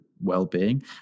well-being